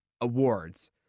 awards